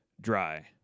dry